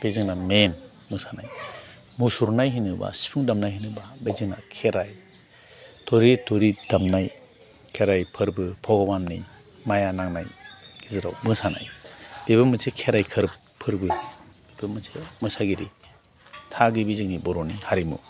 बे जोंना मेन मोसानाय मुसुरनाय होनोबा सिफुं दामनाय होनोबा बे जोंना खेराइ थ'रि थ'रि दामनाय खेराइ फोरबो भगबाननि माया नांनाय जेराव मोसानाय बेबो मोनसे खेराइ फोरबो बेबो मोनसे मोसागिरि थागिबि जोंनि बर'नि हारिमु